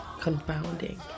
confounding